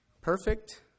Perfect